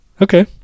okay